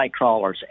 nightcrawlers